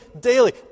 daily